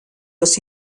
los